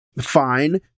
fine